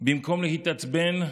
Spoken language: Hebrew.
במקום להתעצבן,